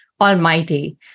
Almighty